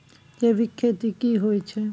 जैविक खेती की होए छै?